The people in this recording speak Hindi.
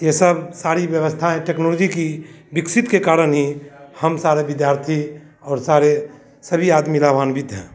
यह सब सारी व्यवस्थाएँ टेक्नोलॉजी की विकसित के कारण ही हम सारे विद्यार्थी और सारे सभी आदमी लाभान्वित हैं